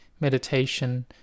meditation